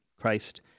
Christ